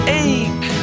ache